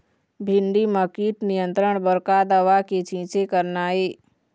भिंडी म कीट नियंत्रण बर का दवा के छींचे करना ये?